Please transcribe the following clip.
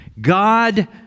god